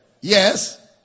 yes